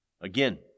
Again